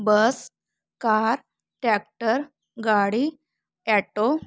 बस car tractor गाडी auto